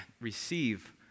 receive